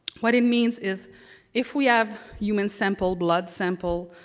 what it means is if we have human sample, blood sample,